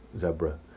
Zebra